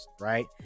right